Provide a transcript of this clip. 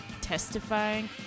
testifying